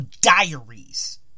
diaries